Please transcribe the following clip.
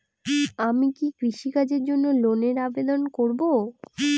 আমি কি কৃষিকাজের জন্য লোনের আবেদন করব?